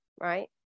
right